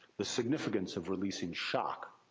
the significance of releasing shock.